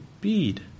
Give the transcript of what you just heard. bead